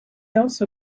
also